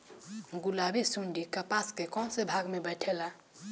गुलाबी सुंडी कपास के कौने भाग में बैठे ला?